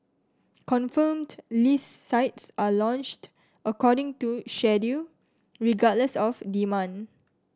confirmed list sites are launched according to schedule regardless of demand